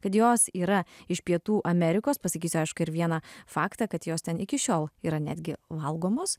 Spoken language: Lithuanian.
kad jos yra iš pietų amerikos pasakysiu aišku ir vieną faktą kad jos ten iki šiol yra netgi valgomos